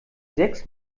sechs